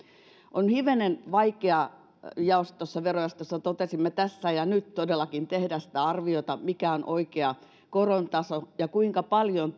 on hivenen vaikeaa verojaostossa totesimme tässä ja nyt todellakin tehdä sitä arviota mikä on oikea koron taso ja kuinka paljon